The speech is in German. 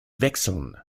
wechseln